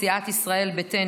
מסיעת ישראל ביתנו,